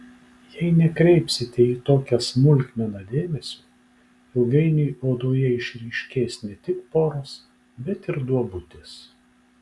jei nekreipsite į tokią smulkmeną dėmesio ilgainiui odoje išryškės ne tik poros bet ir duobutės